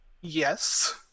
yes